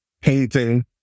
painting